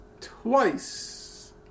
twice